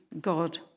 God